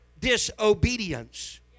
disobedience